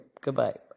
Goodbye